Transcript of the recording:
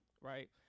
right